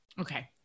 Okay